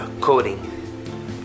coding